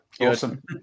Awesome